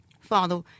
Father